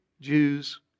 Jews